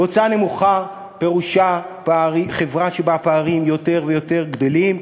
והוצאה נמוכה פירושה חברה שבה הפערים יותר ויותר גדלים,